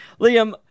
Liam